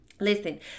Listen